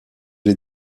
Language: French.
les